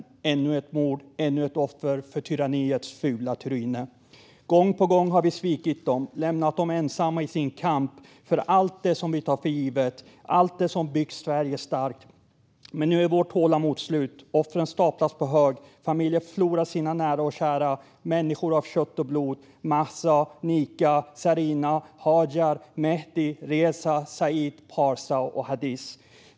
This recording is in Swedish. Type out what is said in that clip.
Det var ännu ett mord, ännu ett offer för tyranniets fula tryne. Gång på gång har vi svikit dem och lämnat dem ensamma i deras kamp för allt det som vi tar för givet, allt det som har byggt Sverige starkt. Men nu är vårt tålamod slut. Offren staplas på hög, familjer förlorar sina nära och kära, människor av kött och blod: Mahsa, Nika, Sarina, Hajar, Mehdi, Reza, Saeed, Parsa och Hadis.